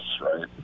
right